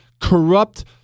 corrupt